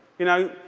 you know,